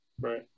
Right